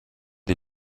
des